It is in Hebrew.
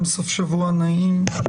סוף שבוע נעים.